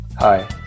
Hi